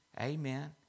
Amen